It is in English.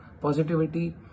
positivity